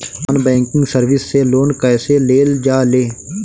Non banking service से loan कैसे लेल जा ले?